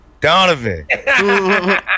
Donovan